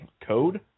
code